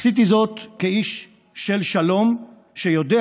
עשיתי זאת כאיש של שלום שיודע